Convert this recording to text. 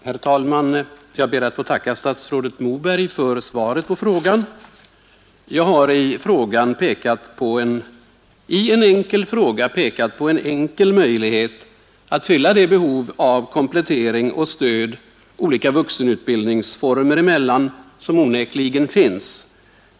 Herr talman! Jag ber att få tacka statsrådet Moberg för svaret på frågan. I en enkel fråga har jag pekat på en enkel möjlighet att fylla det behov av komplettering och stöd olika vuxenutbildningsformer emellan som onekligen finns.